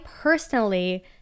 personally